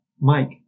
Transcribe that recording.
Mike